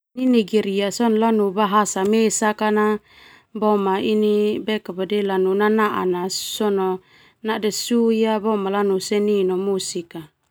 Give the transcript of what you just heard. Nigeria lanu bahasa Mesak lanu nanaan sona nade suya boema lanu seni no musik.